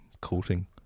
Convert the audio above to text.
coating